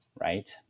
right